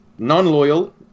Non-loyal